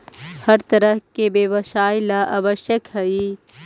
हर तरह के व्यवसाय ला आवश्यक हई